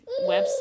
website